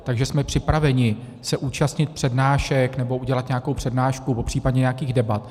Takže jsme připraveni se účastnit přednášek nebo udělat nějakou přednášku, popřípadě nějakých debat.